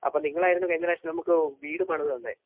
അപ്പം നിങ്ങളായിരുന്നു കഴിഞ്ഞ പ്രാവശ്യം നമുക്ക് വീട് പണിത് തന്നത്